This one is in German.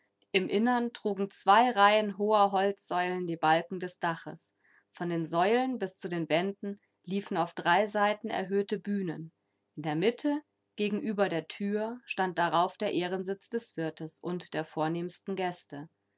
im innern trugen zwei reihen hoher holzsäulen die balken des daches von den säulen bis zu den wänden liefen auf drei seiten erhöhte bühnen in der mitte gegenüber der tür stand darauf der ehrensitz des wirtes und der vornehmsten gäste